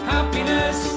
Happiness